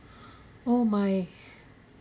oh my